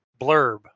blurb